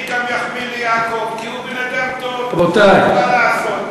אני גם אחמיא ליעקב כי הוא בן-אדם טוב, מה לעשות.